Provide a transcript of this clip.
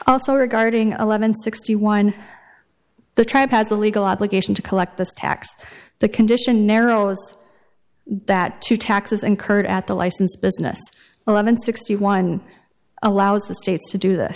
also regarding eleven sixty one the tribe has a legal obligation to collect this tax the condition narrows that to taxes incurred at the license business eleven sixty one allows the states to do th